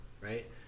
right